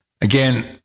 again